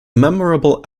memorable